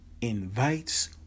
invites